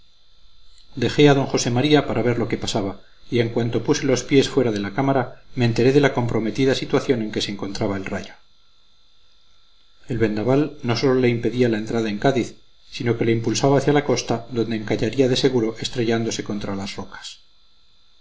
a d josé maría para ver lo que pasaba y en cuanto puse los pies fuera de la cámara me enteré de la comprometida situación en que se encontraba el rayo el vendaval no sólo le impedía la entrada en cádiz sino que le impulsaba hacia la costa donde encallaría de seguro estrellándose contra las rocas